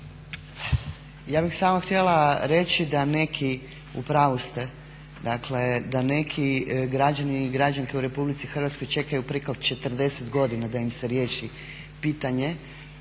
Ja bih samo htjela reći da neki, u pravu ste, dakle da neki građani i građanke u Republici Hrvatskoj čekaju preko 40 godina da im se riješi pitanje